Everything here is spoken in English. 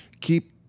Keep